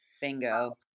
Bingo